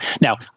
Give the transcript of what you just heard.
Now